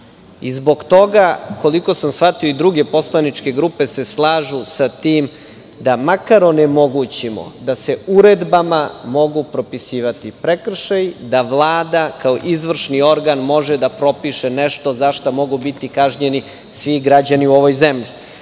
Zbog toga, koliko sam shvatio, i druge poslaničke grupe se slažu sa tim da makar onemogućimo da se uredbama mogu propisivati prekršaji, da Vlada kao izvršni organ može da propiše nešto za šta mogu biti kažnjeni svi građani u ovoj zemlji. Ja